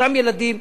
אותם ילדים,